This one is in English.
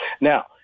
Now